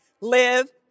live